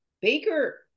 Baker